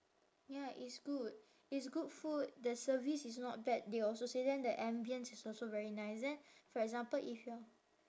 ya it's good it's good food the service is not bad they also say then the ambience is also very nice then for example if your